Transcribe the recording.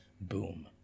boom